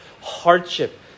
hardship